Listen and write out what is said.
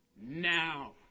now